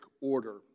order